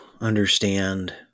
understand